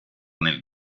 nel